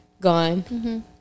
gone